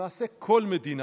למעשה כל מדינה,